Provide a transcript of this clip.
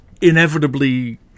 inevitably